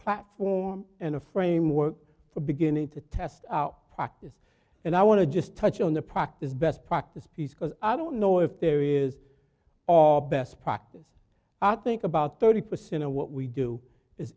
platform and a framework for beginning to test our practice and i want to just touch on the practice best practice piece because i don't know if there is our best practice at think about thirty percent of what we do is